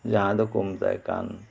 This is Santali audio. ᱡᱟᱦᱟᱸᱭ ᱫᱚᱠᱚ ᱢᱮᱛᱟᱭ ᱠᱟᱱ